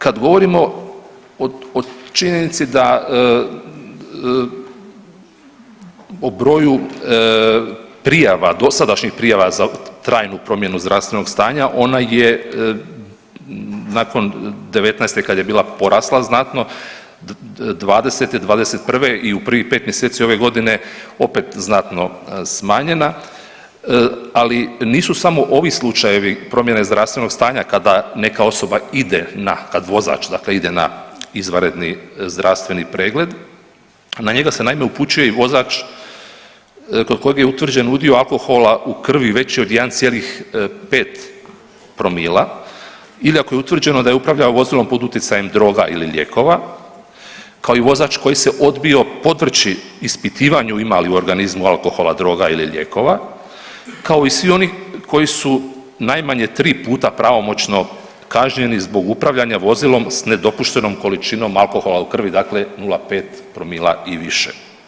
Kad govorimo o činjenici da, o broju prijava, dosadašnjih prijava za trajnu promjenu zdravstvenog stanja ona je nakon '19. kad je bila porasla znatno, '20., '21. i u prvih 5 mjeseci ove godine opet znatno smanjena, ali nisu samo ovi slučajevi promjene zdravstvenog stanja kada neka osoba ide na, kad vozač dakle ide na izvanredni zdravstveni pregled, na njega se naime upućuje i vozač kod kojeg je utvrđen udio alkohola u krvi veći od 1,5 promila ili ako je utvrđeno da je upravljao vozilom pod utjecajem droga ili lijekova kao i vozač koji se odbio podvrći ispitivanju ima li u organizmu alkohola, droga ili lijekova, kao i svi oni koji su najmanje 3 puta pravomoćno kažnjeni zbog upravljanja vozilo s nedopuštenom količinom alkohola u krvi, dakle 0,5 promila i više.